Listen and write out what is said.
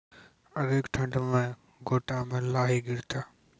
अधिक ठंड मे गोटा मे लाही गिरते?